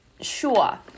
Sure